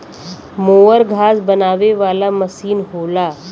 mower घास बनावे वाला मसीन होला